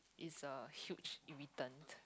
is a huge irritant